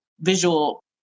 visual